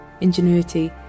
ingenuity